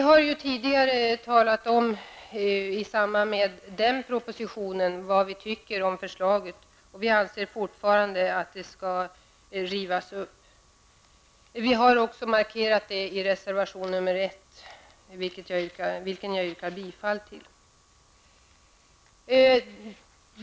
I samband med behandlingen av propositionen talade vi om vad vi tyckte om förslaget. Vi anser fortfarande att det skall rivas upp. Det har vi också markerat i reservation nr 1, till vilken jag yrkar bifall.